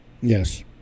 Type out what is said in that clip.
Yes